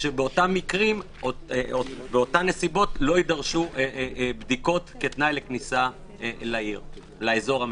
כשבאותן נסיבות לא יידרשו בדיקות כתנאי לכניסה לאזור המיוחד.